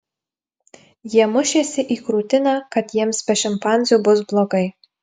jie mušėsi į krūtinę kad jiems be šimpanzių bus blogai